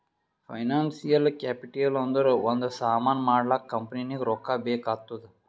financial capital ಅಂದುರ್ ಒಂದ್ ಸಾಮಾನ್ ಮಾಡ್ಲಾಕ ಕಂಪನಿಗ್ ರೊಕ್ಕಾ ಬೇಕ್ ಆತ್ತುದ್